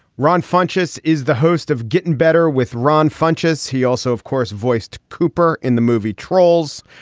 ron funchess is the host of getting better with ron funchess he also of course voiced cooper in the movie trolls.